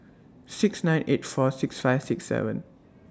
six nine eight four six five six seven